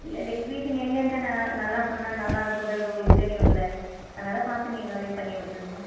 இல்லை டெக்ரேஷன் எங்கங்கே ந நல்ல பண்ணால் நல்லாயிருக்குன்றது உங்களுக்கு தெரியும்லே அதனால் பார்த்து நீங்களாகவே பண்ணிவிட்டுருங்க